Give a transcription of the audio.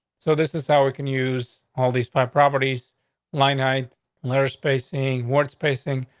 so this is how we can use all these five properties line i letter spacing, ward spacing,